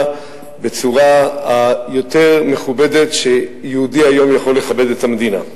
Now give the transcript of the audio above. בצורה היותר מכובדת שיהודי היום יכול לכבד את המדינה.